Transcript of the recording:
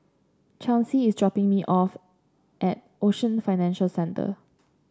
Chauncey is dropping me off at Ocean Financial Centre